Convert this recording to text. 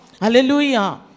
Hallelujah